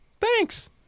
Thanks